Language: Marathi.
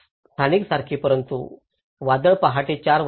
स्थानिकसारखी परंतु वादळ पहाटे 4 वाजता